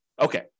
okay